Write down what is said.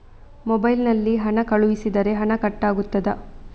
Mobile ನಲ್ಲಿ ಹಣ ಕಳುಹಿಸಿದರೆ ಹಣ ಕಟ್ ಆಗುತ್ತದಾ?